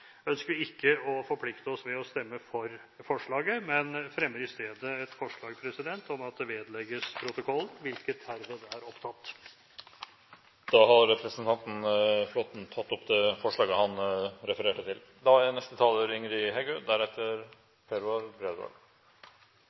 ønsker vi ikke å forplikte oss ved å stemme for forslaget, men fremmer i stedet et forslag om at det vedlegges protokollen – hvilket herved er opptatt. Representanten Svein Flåtten har tatt opp det forslaget han refererte til.